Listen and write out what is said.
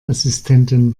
assistenten